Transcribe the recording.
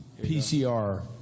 PCR